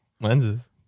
Lenses